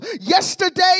Yesterday